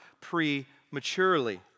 prematurely